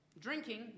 drinking